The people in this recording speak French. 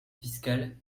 fiscale